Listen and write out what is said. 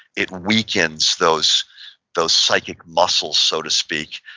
it weakens those those psychic muscles, so to speak,